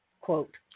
quote